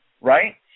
Right